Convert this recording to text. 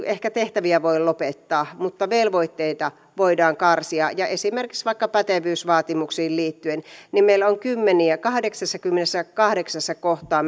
ehkä niitä ei voi lopettaa mutta velvoitteita voidaan karsia esimerkiksi vaikka pätevyysvaatimuksiin liittyen meillä on kahdeksassakymmenessäkahdeksassa kohtaa